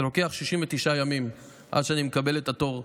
זה לוקח 69 ימים עד שאני מקבל את התור.